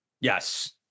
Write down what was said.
Yes